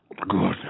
Good